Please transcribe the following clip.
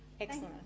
Excellent